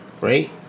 Right